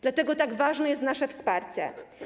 Dlatego tak ważne jest nasze wsparcie.